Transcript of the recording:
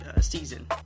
season